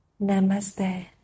Namaste